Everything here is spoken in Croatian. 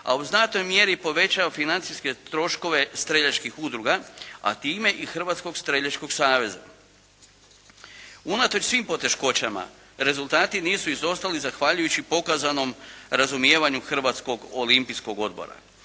a u datoj mjeri povećava financijske troškove streljačkih udruga, a time i Hrvatskog streljačkog saveza. Unatoč svim poteškoćama rezultati nisu izostali zahvaljujući pokazanom razumijevanju Hrvatskog olimpijskog odbora.